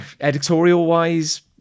editorial-wise